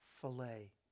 filet